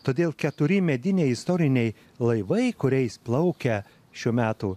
todėl keturi mediniai istoriniai laivai kuriais plaukia šių metų